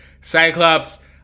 Cyclops